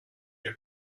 your